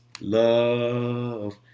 love